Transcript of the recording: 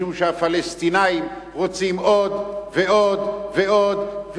משום שהפלסטינים רוצים עוד ועוד ועוד,